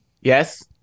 Yes